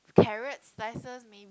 carrot slices maybe